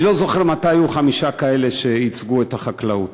אני לא זוכר מתי היו חמישה שייצגו את החקלאות.